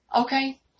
Okay